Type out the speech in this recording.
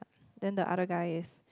then the other guy is